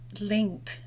link